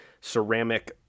ceramic